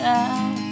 out